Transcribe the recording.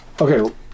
Okay